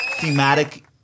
thematic